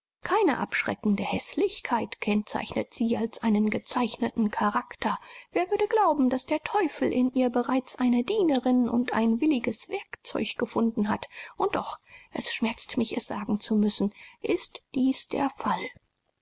keine abschreckende häßlichkeit kennzeichnet sie als einen gezeichneten charakter wer würde glauben daß der teufel in ihr bereits eine dienerin und ein williges werkzeug gefunden hat und doch es schmerzt mich es sagen zu müssen ist dies der fall